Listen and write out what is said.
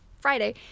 friday